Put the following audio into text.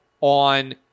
on